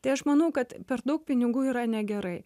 tai aš manau kad per daug pinigų yra negerai